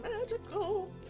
magical